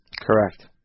Correct